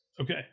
Okay